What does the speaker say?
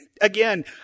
again